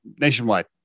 nationwide